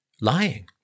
lying